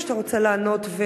או שאתה רוצה לענות?